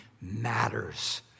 matters